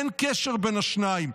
אין קשר בין השניים.